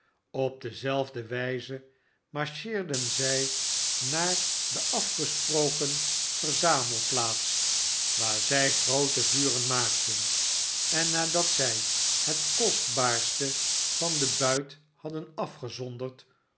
op dezelfdewijze marcheerden zij naar de afgesproken verzamelplaats waar zij groote vuren maakten en nadat zij het kostbaarste van den buit hadden afgezonderd